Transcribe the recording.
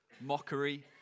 mockery